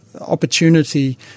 opportunity